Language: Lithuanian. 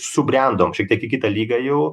subrendom šiek tiek į kitą lygą jau